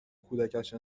کودکش